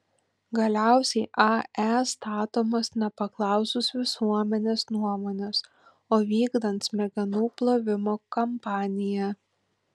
galiausiai ae statomos nepaklausus visuomenės nuomonės o vykdant smegenų plovimo kampaniją